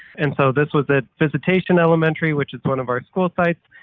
and so, this was at visitation elementary, which is one of our school sites,